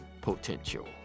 potential